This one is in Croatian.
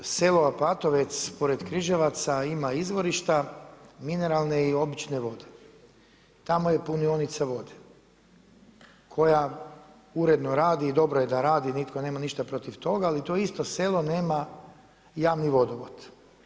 Selo Apatovec pored Križevaca ima izvorišta mineralne i obične vode, tamo je punionica vode koja uredno radi i dobro je da radi, nitko nema ništa protiv toga, ali to isto selo nema javni vodovod.